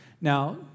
Now